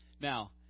Now